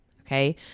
okay